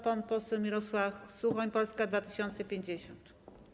Pan poseł Mirosław Suchoń, Polska 2050.